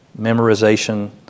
memorization